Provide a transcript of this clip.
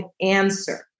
answer